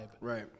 Right